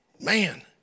Man